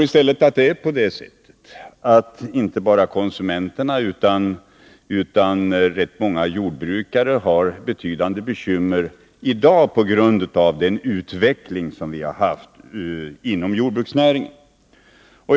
Inte bara konsumenterna utan även rätt många jordbrukare har i dag betydande bekymmer på grund av den utveckling som vi haft inom jordbruksnäringen.